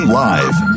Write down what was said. live